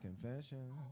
confessions